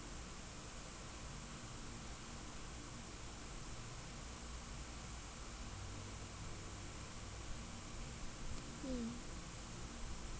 mm